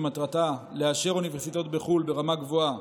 שמטרתה לאשר אוניברסיטאות בחו"ל ברמה גבוהה